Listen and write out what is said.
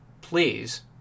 please